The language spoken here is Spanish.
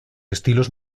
estilos